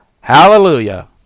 Hallelujah